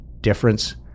difference